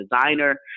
designer